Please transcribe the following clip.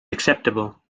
acceptable